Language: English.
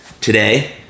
today